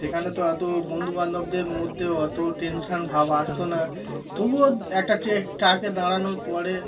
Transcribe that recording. সেখানে তো এতো বন্ধুবান্ধবদের মধ্যে অত টেনশান ভাব আসতো না তবুও একটা ট্রাকে দাঁড়ানোর পরে